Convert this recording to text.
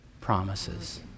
promises